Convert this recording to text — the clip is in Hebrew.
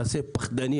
מעשה פחדני,